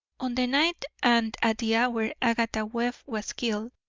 on the night and at the hour agatha webb was killed,